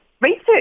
Research